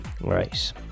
Right